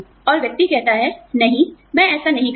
और व्यक्ति कहता है नहीं मैं ऐसा नहीं करूँगा